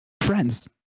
friends